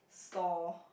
saw